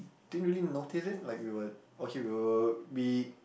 didn't really notice it like we were okay we were we